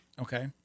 Okay